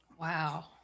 Wow